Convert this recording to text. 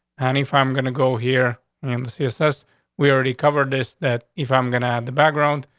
and if i'm gonna go here and css we already covered this, that if i'm gonna have the background,